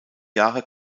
jahre